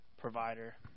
provider